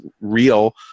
real